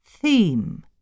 Theme